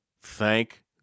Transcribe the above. Thank